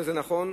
וזה נכון,